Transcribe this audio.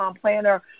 planner